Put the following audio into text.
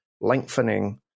lengthening